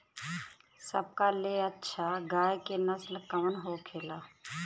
सबका ले अच्छा गाय के नस्ल कवन होखेला?